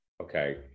okay